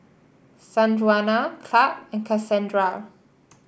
Sanjuana Clarke and Kassandra